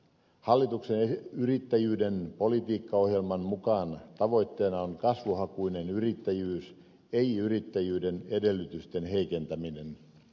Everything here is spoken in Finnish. hallituksen yrittäjyyden politiikkaohjelman mukaan tavoitteena on kasvuhakuinen yrittäjyys ei yrittäjyyden edellytysten heikentäminen